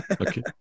Okay